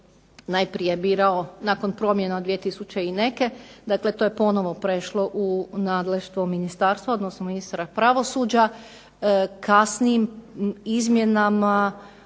najprije birao nakon promjena 2000. i neke, dakle to je ponovno prešlo u nadleštvo ministarstva, odnosno ministra pravosuđa. Kasnijim izmjenama,